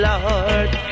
Lord